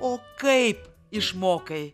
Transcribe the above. o kaip išmokai